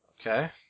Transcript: Okay